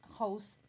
host